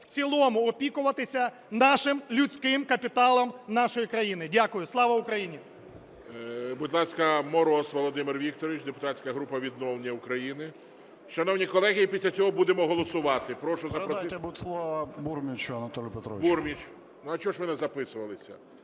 в цілому опікуватися нашим людським капіталом нашої країни. Дякую. Слава Україні!